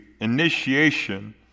initiation